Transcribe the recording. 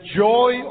joy